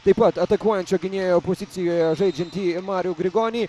taip pat atakuojančio gynėjo pozicijoje žaidžiantį marių grigonį